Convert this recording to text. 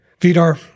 Vidar